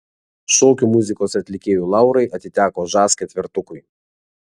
šokių muzikos atlikėjų laurai atiteko žas ketvertukui